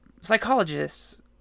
Psychologists